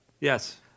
Yes